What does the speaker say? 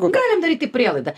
galim daryti prielaidą